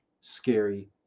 scary